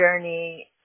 journey